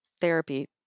therapy